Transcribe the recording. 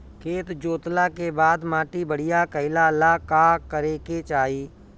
खेत जोतला के बाद माटी बढ़िया कइला ला का करे के चाही?